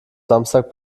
samstag